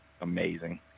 amazing